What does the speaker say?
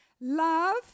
love